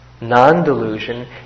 Non-delusion